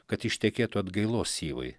kad ištekėtų atgailos syvai